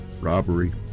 Robbery